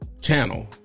channel